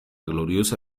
gloriosa